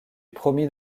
promet